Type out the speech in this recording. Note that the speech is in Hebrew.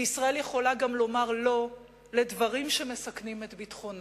וישראל יכולה לומר לא לדברים שמסכנים את ביטחונה.